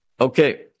Okay